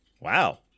Wow